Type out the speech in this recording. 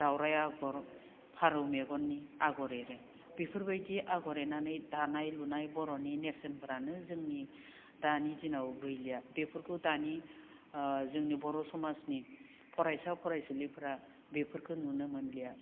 दावराइ आगर फारौ मेगननि आगर एरो बेफोरबायदि आगर एरनानै दानाय लुनाय बर'नि नेरसोनफोरानो जोंनि दानि दिनाव गैलिया बेफोरखौ दानि जोंनि बर' समाजनि फरायसा फरायसुलिफोरा बेफोरखौ नुनो मोनलिया